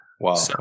Wow